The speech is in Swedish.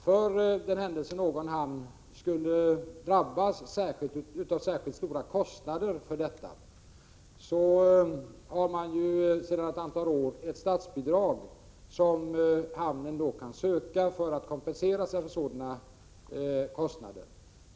För den händelse någon hamn skulle drabbas av särskilt stora kostnader för mottagande av avfall, har man sedan ett antal år tillbaka ett statsbidrag som hamnen kan söka för att kompensera sig för sådana kostnader.